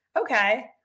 okay